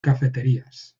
cafeterías